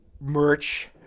merch